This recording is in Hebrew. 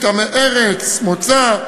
מטעמי ארץ מוצא,